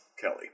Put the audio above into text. Kelly